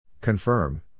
Confirm